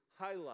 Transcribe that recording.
highlight